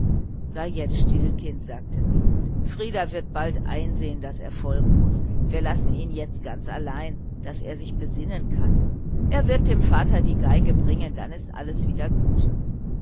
sei jetzt still kind sagte sie frieder wird bald einsehen daß er folgen muß wir lassen ihn jetzt ganz allein daß er sich besinnen kann er wird dem vater die violine bringen dann ist alles wieder gut